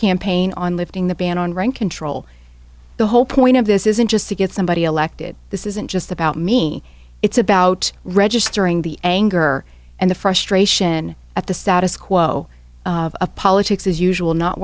campaign on lifting the ban on rent control the whole point of this isn't just to get somebody elected this isn't just about me it's about registering the anger and the frustration at the status quo of politics as usual not